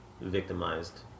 victimized